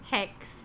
hacks